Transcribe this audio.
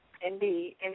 Indeed